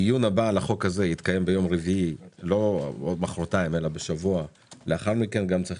הדיון הבא על החוק הזה יתקיים ביום רביעי בשבוע הבא גם צריך